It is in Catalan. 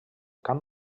camp